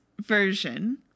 version